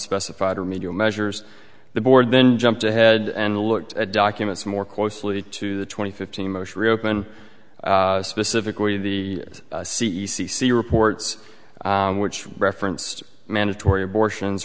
specified remedial measures the board then jumped ahead and looked at documents more closely to the twenty fifteen most reopen specifically the c e c see reports which referenced mandatory abortions